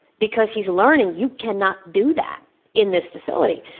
because he's learning, you cannot do that in this facility.